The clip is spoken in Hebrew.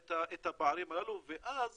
את הפערים הללו ואז